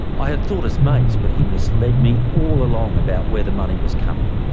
i had thought us mates but he misled me all along about where the money was coming.